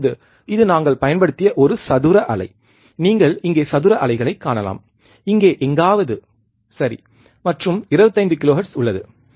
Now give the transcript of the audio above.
இப்போது இது நாங்கள் பயன்படுத்திய ஒரு சதுர அலை நீங்கள் இங்கே சதுர அலைகளைக் காணலாம் இங்கே எங்காவது சரி மற்றும் 25 கிலோஹெர்ட்ஸ் உள்ளது